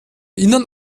innern